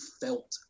felt